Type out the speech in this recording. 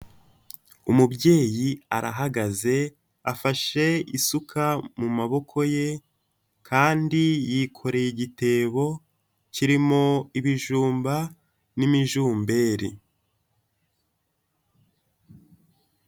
Umubyeyi arahagaze afashe isuka mu maboko ye, kandi yikoreye igitebo kirimo ibijumba n'imijumberi.